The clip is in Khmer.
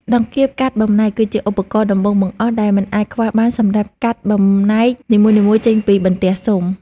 ដង្កាប់កាត់បំណែក គឺជាឧបករណ៍ដំបូងបង្អស់ដែលមិនអាចខ្វះបានសម្រាប់កាត់បំណែកនីមួយៗចេញពីបន្ទះស៊ុម។